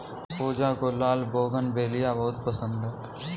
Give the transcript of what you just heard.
पूजा को लाल बोगनवेलिया बहुत पसंद है